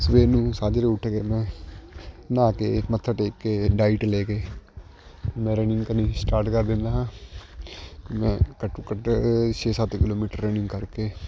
ਸਵੇਰ ਨੂੰ ਸਾਝਰੇ ਉੱਠ ਕੇ ਮੈਂ ਨਹਾ ਕੇ ਮੱਥਾ ਟੇਕ ਕੇ ਡਾਇਟ ਲੈ ਕੇ ਮੈਂ ਰਨਿੰਗ ਕਰਨੀ ਸਟਾਰਟ ਕਰ ਦਿੰਦਾ ਹਾਂ ਮੈਂ ਘੱਟੋ ਘੱਟ ਛੇ ਸੱਤ ਕਿਲੋਮੀਟਰ ਰਨਿੰਗ ਕਰਕੇ